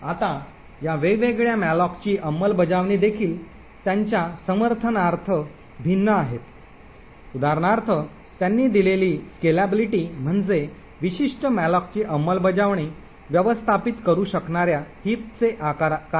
आता या वेगवेगळ्या मॅलोकची अंमलबजावणी देखील त्यांच्या समर्थनार्थ भिन्न आहेत उदाहरणार्थ त्यांनी दिलेली स्केलेबिलिटी म्हणजे विशिष्ट मॅलोकची अंमलबजावणी व्यवस्थापित करू शकणार्या हिपचे आकार काय आहे